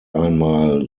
einmal